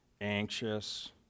anxious